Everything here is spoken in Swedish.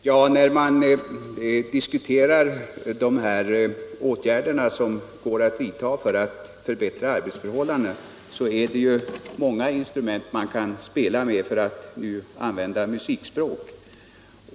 Herr talman! Vid debatten om de åtgärder som kan vidtas för att förbättra arbetsförhållandena för musiklärarna är det ju många instrument som man kan spela på — för att nu använda musikspråk.